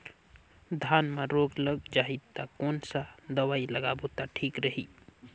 धान म रोग लग जाही ता कोन सा दवाई लगाबो ता ठीक रही?